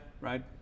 right